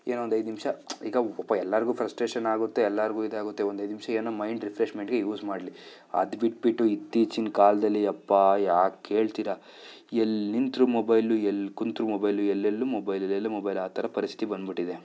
ಏನೋ ಒಂದು ಐದು ನಿಮಿಷ ಈಗ ಪಾಪ ಎಲ್ರಿಗೂ ಫ್ರಸ್ಟ್ರೇಷನ್ ಆಗುತ್ತೆ ಎಲ್ರಿಗೂ ಇದಾಗುತ್ತೆ ಒಂದು ಐದು ನಿಮಿಷ ಏನೋ ಮೈಂಡ್ ರಿಫ್ರೆಶ್ಮೆಂಟ್ಗೆ ಯೂಸ್ ಮಾಡಲಿ ಅದು ಬಿಟ್ಬಿಟ್ಟು ಇತ್ತೀಚಿನ ಕಾಲದಲ್ಲಿ ಅಪ್ಪಾ ಯಾಕೆ ಕೇಳ್ತೀರಿ ಎಲ್ಲಿ ನಿಂತ್ರೂ ಮೊಬೈಲು ಎಲ್ಲಿ ಕುಂತ್ರೂ ಮೊಬೈಲು ಎಲ್ಲೆಲ್ಲು ಮೊಬೈಲು ಎಲ್ಲೆಲ್ಲು ಮೊಬೈಲು ಆ ಥರ ಪರಿಸ್ಥಿತಿ ಬಂದುಬಿಟ್ಟಿದೆ